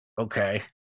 okay